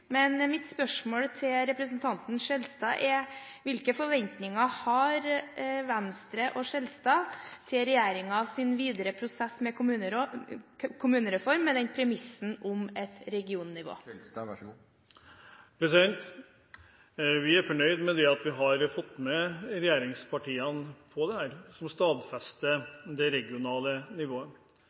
Mitt spørsmål til representanten Skjelstad er: Hvilke forventninger har Venstre og Skjelstad til regjeringens videre prosess med kommunereform, med det premisset om et regionnivå? Vi er fornøyd med at vi har fått med regjeringspartiene på dette som stadfester det regionale nivået.